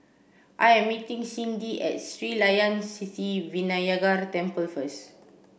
I am meeting Cyndi at Sri Layan Sithi Vinayagar Temple first